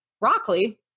broccoli